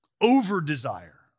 over-desire